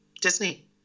Disney